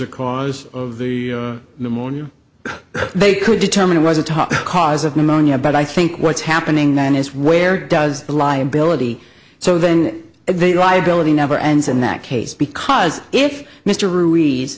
a cause of the pneumonia they could determine it was a top cause of pneumonia but i think what's happening then is where does the liability so then they liability never ends in that case because if mr